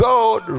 God